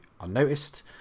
unnoticed